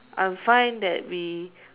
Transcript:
I'm fine that we